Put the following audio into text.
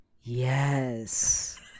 yes